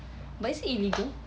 but is it illegal